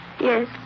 Yes